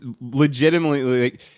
legitimately